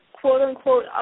quote-unquote